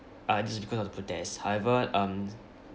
uh just because of the protests however um